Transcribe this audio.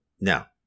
now